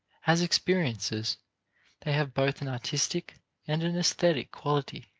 as experiences they have both an artistic and an esthetic quality.